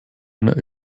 einer